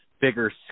bigger